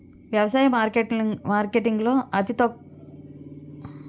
వ్యవసాయ మార్కెటింగ్ లో అతి ముఖ్యమైన లోపాలు సమస్యలు ఏమిటి పరిష్కారాలు ఏంటి?